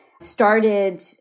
started